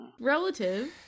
Relative